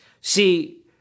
See